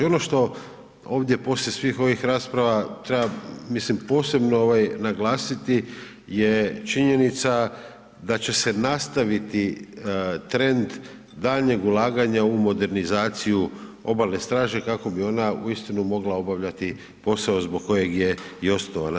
Ono što ovdje poslije svih ovih rasprava treba mislim posebno naglasiti je činjenica da će se nastaviti trend daljnjeg ulaganja u modernizaciju Obalne straže kako bi ona uistinu mogla obavljati posao zbog kojeg je i osnovana.